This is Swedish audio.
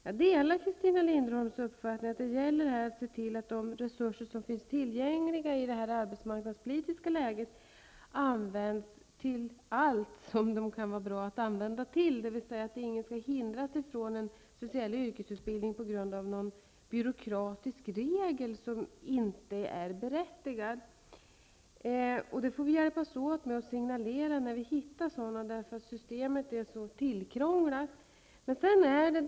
Jag delar Christina Linderholms uppfattning att det gäller att se till att de resurser som finns tillgängliga i detta arbetsmarknadspolitiska läge används till allt de kan vara bra för. Ingen skall hindras från att genomgå en speciell yrkesutbildning på grund av någon byråkratisk regel som inte är berättigad. Vi får hjälpas åt att signalera när vi hittar sådana. Systemet är tillkrånglat.